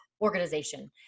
organization